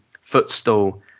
footstool